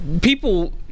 People